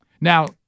Now